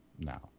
now